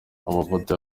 amavuta